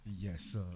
Yes